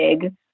big